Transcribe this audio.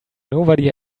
nobody